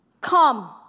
Come